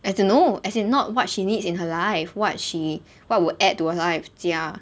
as in no as in not what she needs in her life what she what would add to her life 加